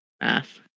Math